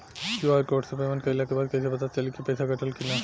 QR code से payment कईला के बाद कईसे पता चली की पैसा कटल की ना?